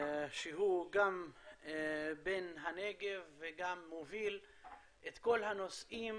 שהוא גם בן הנגב וגם מוביל את כל הנושאים